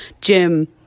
Jim –